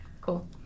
Cool